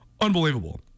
Unbelievable